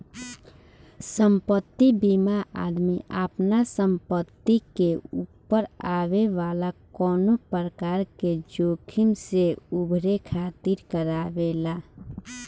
संपत्ति बीमा आदमी आपना संपत्ति के ऊपर आवे वाला कवनो प्रकार के जोखिम से उभरे खातिर करावेला